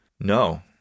No